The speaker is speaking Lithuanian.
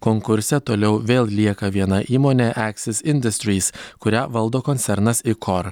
konkurse toliau vėl lieka viena įmonė eksis indastrys kurią valdo koncernas ikor